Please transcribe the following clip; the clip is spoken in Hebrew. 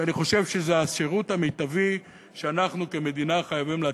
כי אני חושב שזה השירות המיטבי שאנחנו כמדינה חייבים לתת.